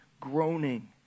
Groaning